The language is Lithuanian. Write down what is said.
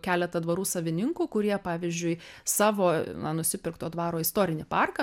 keletą dvarų savininkų kurie pavyzdžiui savo na nusipirkto dvaro istorinį parką